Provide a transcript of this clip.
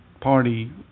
Party